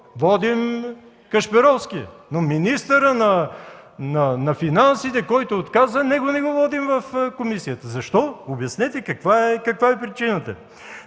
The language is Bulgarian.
Водим Кашпировски, но министърът на финансите, който отказва, него не го водим в комисията. Защо?! Обяснете каква е причината?!